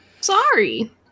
Sorry